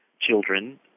children